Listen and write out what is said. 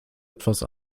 etwas